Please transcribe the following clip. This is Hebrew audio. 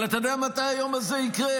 אבל אתה יודע מתי היום הזה יקרה?